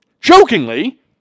Jokingly